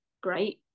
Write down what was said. great